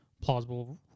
plausible